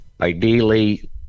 Ideally